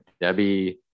Debbie